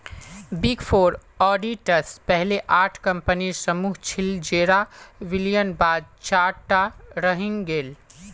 big four auditors पहले आठ कम्पनीर समूह छिल जेरा विलयर बाद चार टा रहेंग गेल